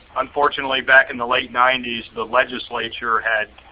unfortunately, back in the late ninety s, the legislature had